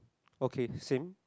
okay same